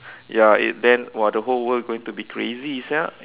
ya eh then !wah! the whole world going to be crazy sia